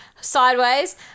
sideways